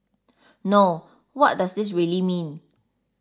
no what does this really mean